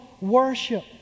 worship